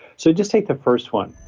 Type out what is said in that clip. so just take the first one,